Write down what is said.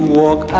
walk